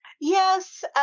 Yes